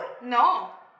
no